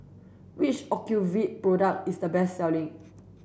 which Ocuvite product is the best selling